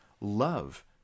love